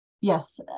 Yes